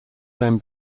then